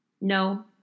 no